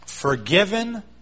Forgiven